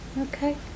okay